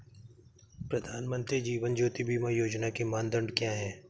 प्रधानमंत्री जीवन ज्योति बीमा योजना के मानदंड क्या हैं?